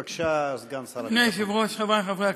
בבקשה, סגן שר הביטחון.